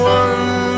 one